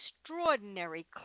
extraordinary